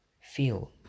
feel